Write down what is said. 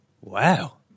wow